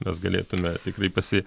mes galėtume tikrai pasi